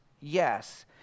yes